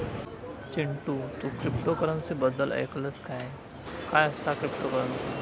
चिंटू, तू क्रिप्टोकरंसी बद्दल ऐकलंस काय, काय असता क्रिप्टोकरंसी?